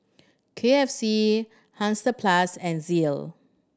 K F C Hansaplast and Sealy